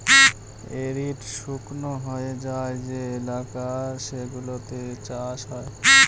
arid শুকনো হয়ে যায় যে এলাকা সেগুলোতে চাষ হয়